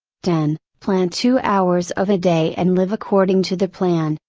ten plan two hours of a day and live according to the plan.